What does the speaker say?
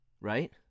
Right